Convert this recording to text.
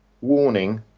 warning